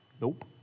nope